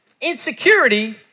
Insecurity